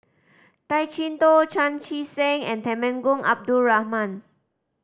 Tay Chee Toh Chan Chee Seng and Temenggong Abdul Rahman